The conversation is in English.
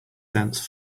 dense